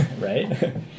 right